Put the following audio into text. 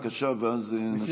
בבקשה, ואז נשיב.